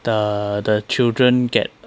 the the children get